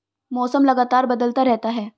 मौसम लगातार बदलता रहता है